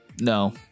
No